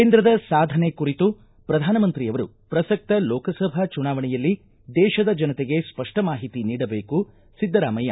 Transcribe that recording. ಕೇಂದ್ರದ ಸಾಧನೆ ಕುರಿತು ಪ್ರಧಾನಮಂತ್ರಿಯವರು ಪ್ರಸಕ್ತ ಲೋಕಸಭಾ ಚುನಾವಣೆಯಲ್ಲಿ ದೇಶದ ಜನತೆಗೆ ಸ್ಪಷ್ಟ ಮಾಹಿತಿ ನೀಡಬೇಕು ಸಿದ್ದರಾಮಯ್ಯ